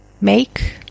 make